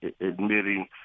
admitting